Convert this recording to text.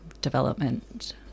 development